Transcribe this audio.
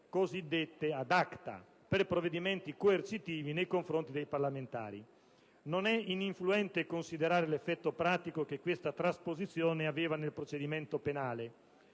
cosiddette *ad acta*, per provvedimenti coercitivi nei confronti dei parlamentari. Non è ininfluente considerare l'effetto pratico che questa trasposizione aveva nel procedimento penale.